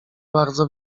bardzo